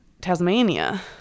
Tasmania